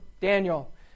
Daniel